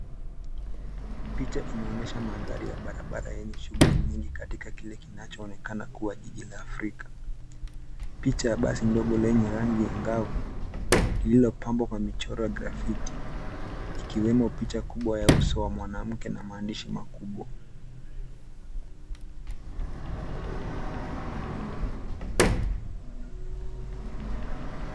Picha inaonyesha mandhari ya barabara yenye shughuli nyingi katika kile kinachoonekana kuwa jiji la Afrika. Picha ya basi ndogo lenye rangi angavu, lililopambwa kwa michoro ya grafiti, ikiwemo picha ya kubwa ya uso wa mwanamke na maandishi makubwa.